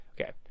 okay